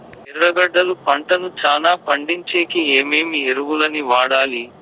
ఎర్రగడ్డలు పంటను చానా పండించేకి ఏమేమి ఎరువులని వాడాలి?